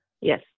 Yes